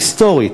היסטורית,